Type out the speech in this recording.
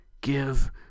give